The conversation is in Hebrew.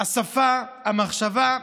השפה, המחשבה.